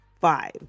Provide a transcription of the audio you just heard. five